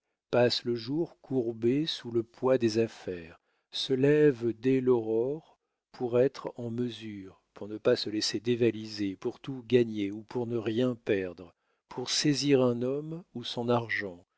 passent le jour courbés sous le poids des affaires se lèvent dès l'aurore pour être en mesure pour ne pas se laisser dévaliser pour tout gagner ou pour ne rien perdre pour saisir un homme ou son argent